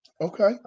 Okay